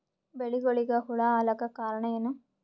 ಬೆಳಿಗೊಳಿಗ ಹುಳ ಆಲಕ್ಕ ಕಾರಣಯೇನು?